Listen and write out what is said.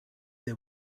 they